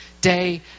day